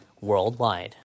worldwide